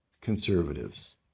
conservatives